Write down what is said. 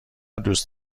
دوست